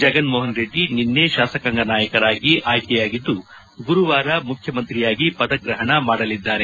ಜಗನ್ ಮೋಹನ್ ರೆಡ್ಡಿ ನಿನ್ನೆ ಶಾಸಕಾಂಗ ನಾಯಕರಾಗಿ ಆಯ್ಲೆಯಾಗಿದ್ಲು ಗುರುವಾರ ಮುಖ್ಯಮಂತ್ರಿಯಾಗಿ ಪದಗ್ರಹಣ ಮಾಡಳಿದ್ದಾರೆ